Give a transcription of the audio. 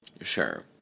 Sure